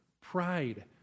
pride